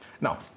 Now